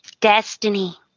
Destiny